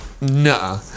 Nah